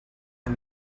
and